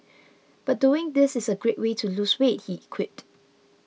but doing this is a great way to lose weight he quipped